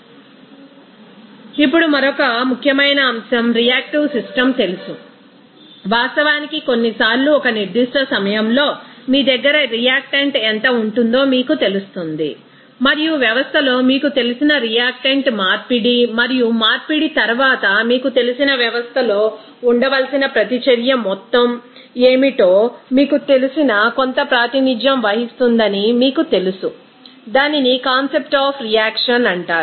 refer slide time 1425 ఇప్పుడుమరొక ముఖ్యమైన అంశం రియాక్టివ్ సిస్టమ్ తెలుసు వాస్తవానికి కొన్నిసార్లు ఒక నిర్దిష్ట సమయంలో మీ దగ్గర రియాక్టెంట్ ఎంత ఉంటుందో మీకు తెలుస్తుంది మరియు వ్యవస్థలో మీకు తెలిసిన రియాక్టెంట్ మార్పిడి మరియు మార్పిడి తరువాత మీకు తెలిసిన వ్యవస్థలో ఉండవలసిన ప్రతిచర్య మొత్తం ఏమిటో మీకు తెలిసిన కొంత ప్రాతినిధ్యం వహిస్తుందని మీకు తెలుసు దానిని కాన్సెప్ట్ ఆఫ్ రియాక్షన్ అంటారు